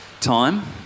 time